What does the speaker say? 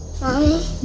Mommy